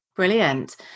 Brilliant